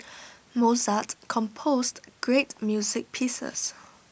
Mozart composed great music pieces